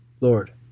Lord